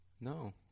No